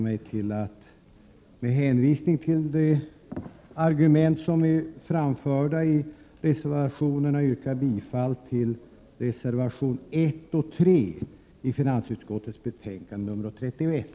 Med hänvisning till de argument som är framförda i reservationerna vill jag begränsa mig till att yrka bifall till reservationerna 1 och 3 i finansutskottets betänkande nr 31.